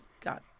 got